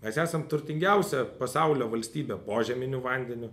mes esam turtingiausia pasaulio valstybė požeminiu vandeniu